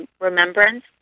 remembrance